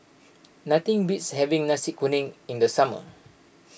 nothing beats having Nasi Kuning in the summer